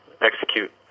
execute